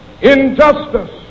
injustice